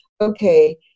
okay